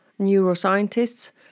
Neuroscientists